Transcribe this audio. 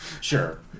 Sure